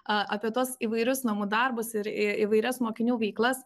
apie tuos įvairius namų darbus ir įvairias mokinių veiklas